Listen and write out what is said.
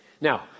Now